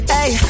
Hey